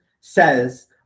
says